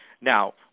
Now